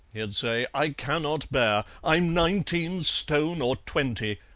he'd say, i cannot bear i'm nineteen stone or twenty!